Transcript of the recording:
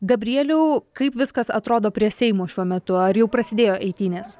gabrieliau kaip viskas atrodo prie seimo šiuo metu ar jau prasidėjo eitynės